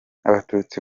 abatutsi